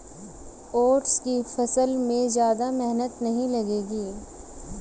oats की फसल में ज्यादा मेहनत नहीं लगेगी